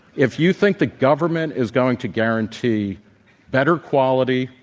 if you think the government is going to guarantee better quality,